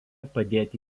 padėti